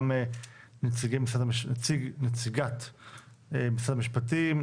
גם נציגת משרד המשפטים,